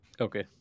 Okay